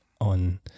on